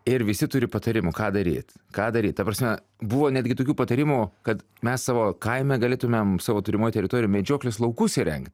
ir visi turi patarimų ką daryt ką daryt ta prasme buvo netgi tokių patarimų kad mes savo kaime galėtumėm savo turimoj teritorijoj medžioklės laukus įrengt